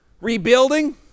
rebuilding